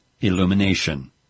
illumination